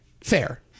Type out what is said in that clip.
fair